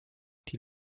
die